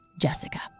Jessica